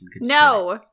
No